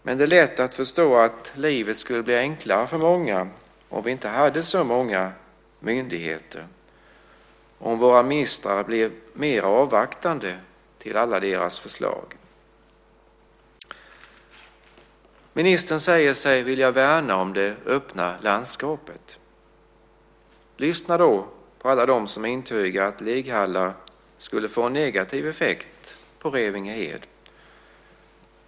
Men det är lätt att förstå att livet skulle bli enklare för många om vi inte hade så många myndigheter och om våra ministrar var mer avvaktande till alla deras förslag. Ministern säger sig vilja värna om det öppna landskapet. Lyssna då på alla dem som intygar att ligghallar skulle få en negativ effekt på Revingehed.